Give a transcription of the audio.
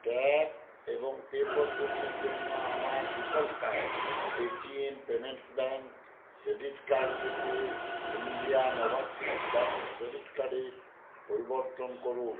tap এবং pay পদ্ধতির জন্য আমার default card Paytm Payments Bank credit card থেকে ইন্ডিয়ান ওভার্সিস ব্যাঙ্ক ডেবিট কার্ডে পরিবর্তন করুন